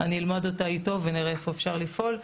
אני אלמד אותה איתו ונראה איפה אפשר לפעול.